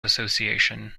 association